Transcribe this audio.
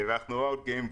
ואנחנו מאוד גאים בו.